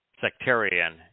sectarian